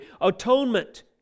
atonement